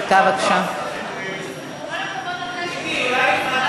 תודה רבה לחבר הכנסת מיקי לוי.